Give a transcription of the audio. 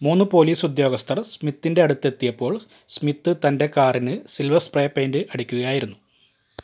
മൂന്ന് പോലീസ് ഉദ്യോഗസ്ഥർ സ്മിത്തിന്റെ അടുത്തെത്തിയപ്പോൾ സ്മിത്ത് തന്റെ കാറിന് സിൽവർ സ്പ്രേ പെയിൻറ് അടിക്കുകയായിരുന്നു